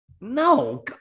No